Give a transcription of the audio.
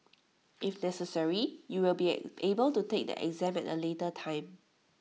if necessary you will be able to take the exam at A later time